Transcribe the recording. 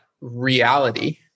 reality